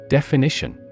Definition